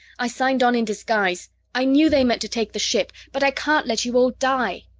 i signed on in disguise i knew they meant to take the ship, but i can't let you all die.